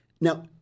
Now